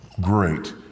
Great